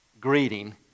greeting